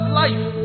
life